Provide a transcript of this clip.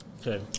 Okay